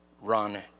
run